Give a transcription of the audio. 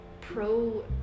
pro